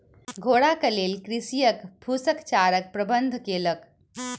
घोड़ा के लेल कृषक फूसक चाराक प्रबंध केलक